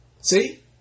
See